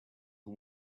who